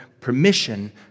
permission